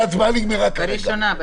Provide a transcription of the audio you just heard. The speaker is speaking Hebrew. לא צריך דבר כזה.